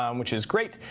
um which is great.